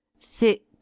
Thick